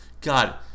God